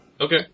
Okay